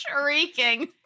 shrieking